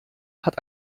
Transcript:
hat